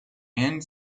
and